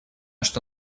что